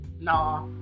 nah